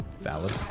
Valid